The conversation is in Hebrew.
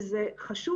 חשוב